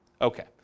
Okay